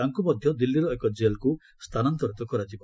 ତାଙ୍କୁ ମଧ୍ୟ ଦିଲ୍ଲୀର ଏକ ଜେଲ୍କୁ ସ୍ଥାନାନ୍ତରିତ କରାଯିବ